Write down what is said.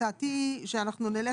הצעתי היא שאנחנו נלך,